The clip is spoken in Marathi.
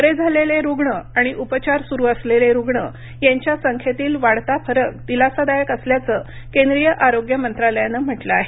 बरे झालेले रुग्ण आणि उपचार सुरु असलेले रुग्ण यांच्या संख्येतील वाढता फरक दिलासादायक असल्याचं केंद्रीय आरोग्य मंत्रालयानं म्हटलं आहे